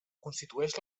constitueix